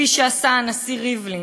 כפי שעשה הנשיא ריבלין,